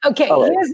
Okay